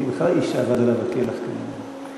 אני בכלל איש שאבד עליו הכלח, כנראה.